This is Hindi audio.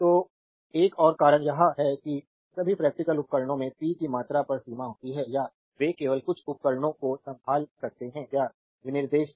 तो एक और कारण यह है कि सभी प्रैक्टिकल उपकरणों में पी की मात्रा पर सीमा होती है या वे केवल कुछ उपकरणों को संभाल सकते हैं या विनिर्देश है